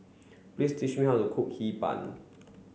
please teach me how to cook Hee Pan